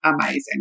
amazing